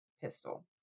pistol